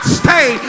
stay